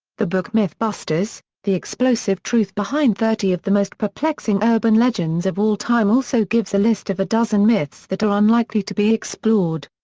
the book mythbusters the explosive truth behind thirty of the most perplexing urban legends of all time also gives a list of a dozen myths that are unlikely to be explored.